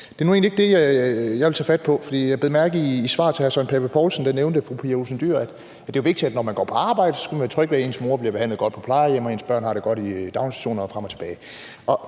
det er nu egentlig ikke det, jeg vil tage fat på. Jeg bed mærke i, at i svaret til hr. Søren Pape Poulsen nævnte fru Pia Olsen Dyhr, at det jo er vigtigt, at når man går på arbejde, skal man kunne være tryg, ved at ens mor bliver behandlet godt på plejehjem og ens børn har det godt i daginstitutioner, og frem og tilbage.